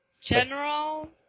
general